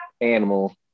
animal